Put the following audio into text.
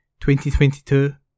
2022